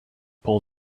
pull